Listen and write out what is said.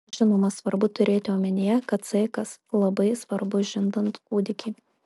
žinoma svarbu turėti omenyje kad saikas labai svarbu žindant kūdikį